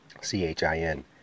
C-H-I-N